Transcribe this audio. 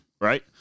right